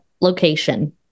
location